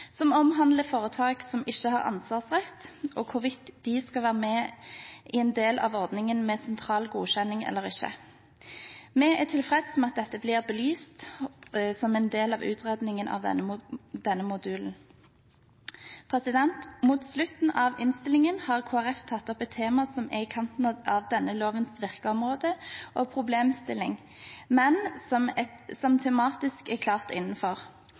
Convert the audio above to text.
ansvarsrett, og hvorvidt de skal være med i en del av ordningen med sentral godkjenning eller ikke. Vi er tilfreds med at dette blir belyst som en del av utredningen av denne modulen. Mot slutten av innstillingen har Kristelig Folkeparti tatt opp et tema som er i kanten av denne lovens virkeområde og problemstilling, men som tematisk er klart innenfor.